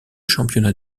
championnats